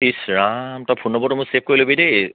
ইছ ৰাম তই ফোন নম্বৰটো মোৰ ছেভ কৰি ল'বি দেই